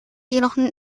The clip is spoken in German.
jedoch